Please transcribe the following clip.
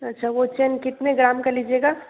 अच्छा वह चैन कितने ग्राम की लीजिएगा